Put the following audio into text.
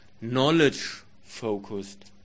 knowledge-focused